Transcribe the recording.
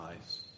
eyes